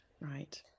Right